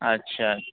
اچھا